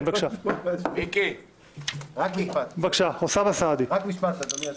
רק משפט, אדוני היושב-ראש.